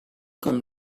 comme